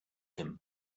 him